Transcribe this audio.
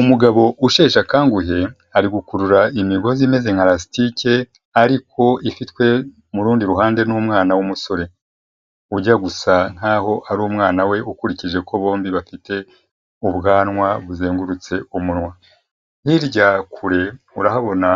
Umugabo usheshe akanguhe, ari gukurura imigozi imeze nka lasitike, ariko ifitwe mu rundi ruhande n'umwana w'umusore, ujya gusa nkaho ari umwana we ukurikije ko bombi bafite ubwanwa buzengurutse umunwa, hirya kure urahabona